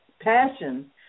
passion